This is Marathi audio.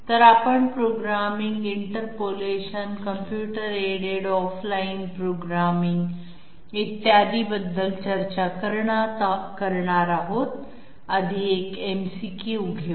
तर आपण programming interpolation computer aided offline programming इत्यादींबद्दल चर्चा करणार आहोत आधी एक MCQ घेऊ